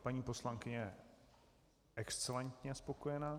Paní poslankyně je excelentně spokojena.